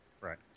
Right